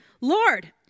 Lord